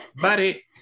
buddy